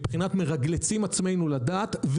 מבחינת מרגלצים עצמנו לדעת.